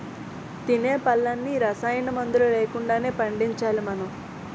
తినే పళ్ళన్నీ రసాయనమందులు లేకుండానే పండించాలి మనం